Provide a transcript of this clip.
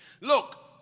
Look